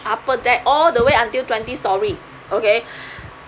upper deck all the way until twenty storey okay